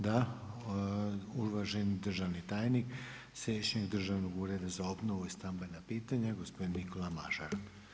Da, uvaženi državni tajnik Središnjeg državnog ureda za obnovu i stambena pitanja, gospodin Nikola Mažar.